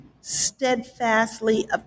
steadfastly